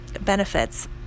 benefits